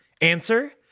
Answer